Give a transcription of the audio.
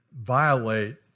violate